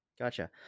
gotcha